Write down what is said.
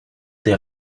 des